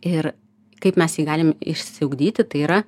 ir kaip mes jį galim išsiugdyti tai yra